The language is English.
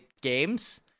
games